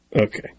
Okay